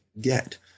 get